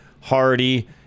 hardy